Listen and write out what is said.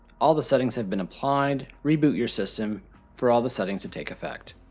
all the settings have been applied, reboot your system for all the settings to take effect,